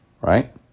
right